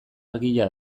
argia